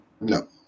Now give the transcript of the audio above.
No